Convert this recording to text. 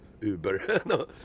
Uber